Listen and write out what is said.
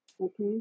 okay